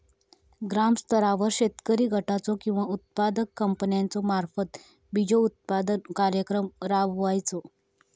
ग्रामस्तरावर शेतकरी गटाचो किंवा उत्पादक कंपन्याचो मार्फत बिजोत्पादन कार्यक्रम राबायचो?